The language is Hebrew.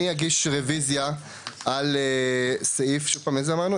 אני אגיש רוויזיה על סעיף, שוב פעם, איזה אמרנו?